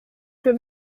für